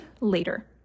later